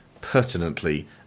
pertinently